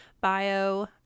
bio